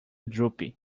droopy